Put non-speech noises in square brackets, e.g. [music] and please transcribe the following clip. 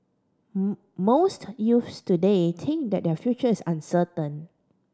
[hesitation] most youths today think that their future is uncertain